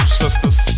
sisters